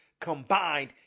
combined